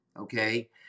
okay